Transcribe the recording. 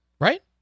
right